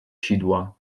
sidła